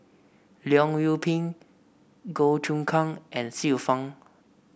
Leong Yoon Pin Goh Choon Kang and Xiu Fang